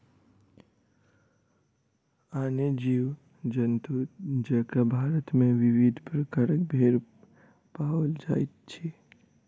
आने जीव जन्तु जकाँ भारत मे विविध प्रकारक भेंड़ पाओल जाइत छै